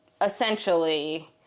essentially